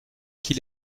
qu’il